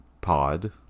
pod